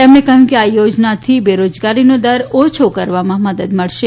તેમણે કહ્યું કે આ યોજનાની બેરોજગારીનો દર ઓછો કરવામાં મદદ મળશે